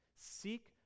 Seek